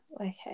Okay